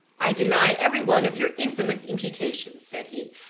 i deny every one of your infamous imputations said he.